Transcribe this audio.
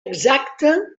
exacta